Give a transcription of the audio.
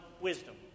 wisdom